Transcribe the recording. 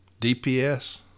DPS